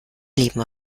leben